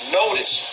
notice